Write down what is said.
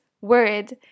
word